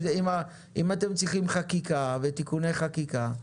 אם אתם צריכים חקיקה ותיקוני חקיקה,